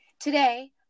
Today